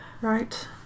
Right